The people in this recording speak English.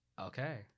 Okay